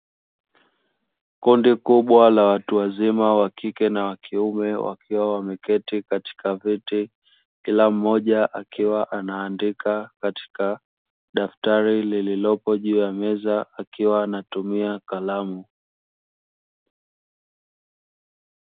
Kundi kubwa la watu wazima wa kike na wa kiume wakiwa wameketi katika viti, kila mmoja akiwa anaandika katika daftari lililopo juu ya meza akiwa anatumia kalamu.